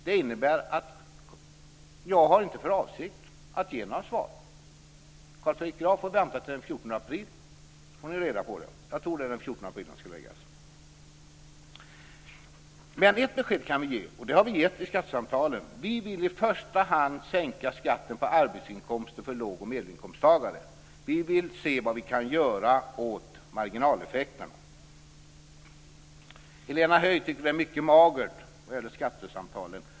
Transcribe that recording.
Det innebär att jag inte har för avsikt att ge något svar. Carl Fredrik Graf får vänta till den 14 april - jag tror att det är det datumet som vårpropositionen skall läggas fram. Då får ni reda på hur det förhåller sig. Ett besked kan vi dock ge, och det har vi gett i skattesamtalen: Vi vill i första hand sänka skatten på arbetsinkomster för låg och medelinkomsttagare. Vi vill se vad vi kan göra åt marginaleffekterna. Helena Höij tyckte att det var mycket magert vad gäller skattesamtalen.